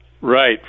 Right